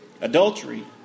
adultery